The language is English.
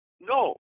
No